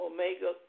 Omega